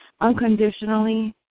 unconditionally